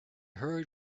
heard